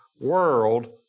world